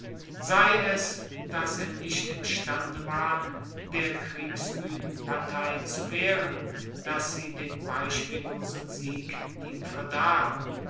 sei es dass er nicht imstande war der kriegsmueden partei zu wehren dass sie den beispiellosen sieg ihm verdarb